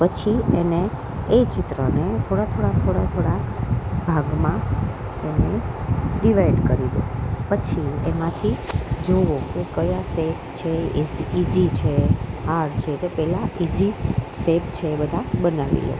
પછી એને એ ચિત્રને થોડા થોડા થોડા થોડા ભાગમાં એને ડિવાઇડ કરી દો પછી એમાંથી જોવો કે ક્યા સેપ છે એઝી ઇઝી છે હાર છે તો પહેલાં ઇઝી સેપ છે એ બધા બનાવી લો